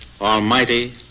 Almighty